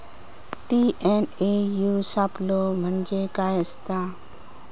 TNAU सापलो म्हणजे काय असतां?